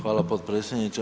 Hvala potpredsjedniče.